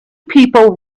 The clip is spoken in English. people